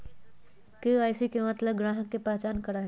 KYC के मतलब ग्राहक का पहचान करहई?